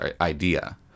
idea